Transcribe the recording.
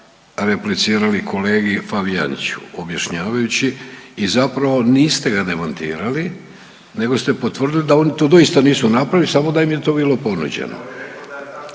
poslovnika replicirali kolegi Fabijaniću objašnjavajući i zapravo niste ga demantirali nego ste potvrdili da oni to doista nisu napravili, samo da im je to bilo ponuđeno.